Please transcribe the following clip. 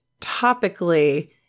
topically